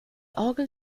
orgel